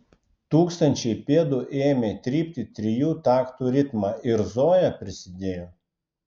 tūkstančiai pėdų ėmė trypti trijų taktų ritmą ir zoja prisidėjo